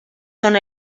són